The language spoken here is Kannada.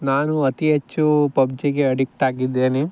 ನಾನು ಅತಿ ಹೆಚ್ಚು ಪಬ್ಜಿಗೆ ಅಡಿಕ್ಟಾಗಿದ್ದೇನೆ